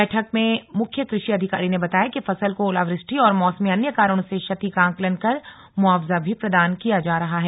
बैठक में मुख्य कृषि अधिकारी ने बताया कि फसल को ओलावृष्टि और मौसमी अन्य कारणों से क्षति का आंकलन कर मुआवजा भी प्रदान किया जा रहा है